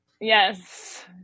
yes